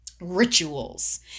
rituals